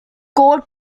gold